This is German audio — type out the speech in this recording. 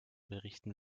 berichten